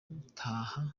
gutaha